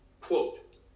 Quote